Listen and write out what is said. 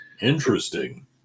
Interesting